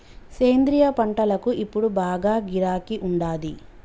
సేంద్రియ పంటలకు ఇప్పుడు బాగా గిరాకీ ఉండాది